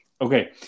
okay